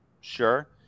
Sure